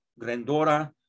Grandora